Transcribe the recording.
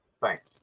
Thanks